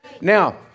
Now